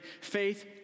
Faith